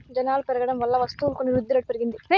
జనాలు పెరగడం వల్ల వస్తువులు కొని వృద్ధిరేటు పెరిగింది